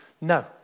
No